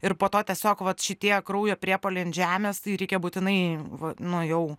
ir po to tiesiog vat šitie kraujo priepuoliai ant žemės tai reikia būtinai va nu jau